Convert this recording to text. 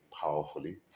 powerfully